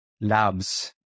labs